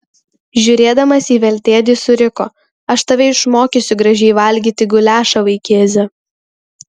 žiūrėdamas į veltėdį suriko aš tave išmokysiu gražiai valgyti guliašą vaikėze